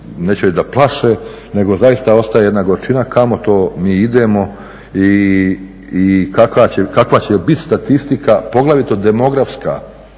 reći da plaše nego zaista ostaje jedna gorčina kamo to mi idemo i kakva će bit statistika, poglavito demografska